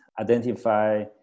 identify